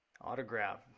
Autograph